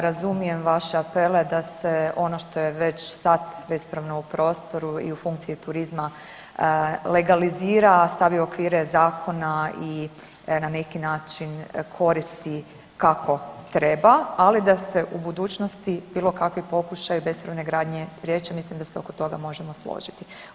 Razumijem vaše apele da se ono što je već sad bespravno u prostoru i u funkciji turizma legalizira, stavi u okvire zakona i na neki način koristi kako treba, ali da se u budućnosti bilo kakvi pokušaji bespravne gradnje spriječe, mislim da se oko toga možemo složiti.